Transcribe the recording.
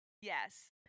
Yes